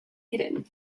hidden